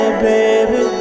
baby